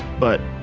but,